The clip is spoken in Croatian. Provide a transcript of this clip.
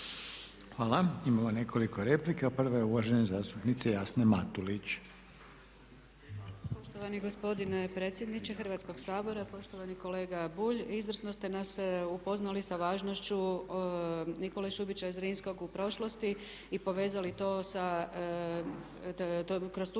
Hvala. Imamo nekoliko replika. Prva je uvažene zastupnice Jasne Matulić. **Matulić, Jasna (MOST)** Poštovani gospodine predsjedniče Hrvatskog sabora, poštovani kolega Bulj izvrsno ste nas upoznali sa važnošću Nikole Šubića Zrinskog u prošlosti i povezali to kroz tu